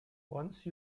once